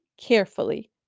carefully